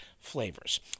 flavors